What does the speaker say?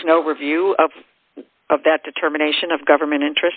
there's no review of that determination of government interest